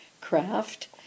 craft